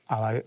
Ale